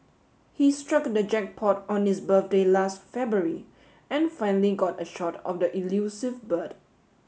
he struck the jackpot on his birthday last February and finally got a shot of the elusive bird